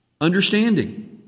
understanding